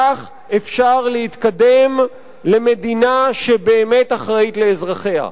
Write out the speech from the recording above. כך אפשר להתקדם למדינה שבאמת אחראית לאזרחיה.